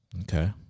okay